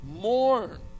Mourn